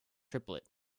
triplet